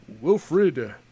Wilfred